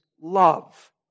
love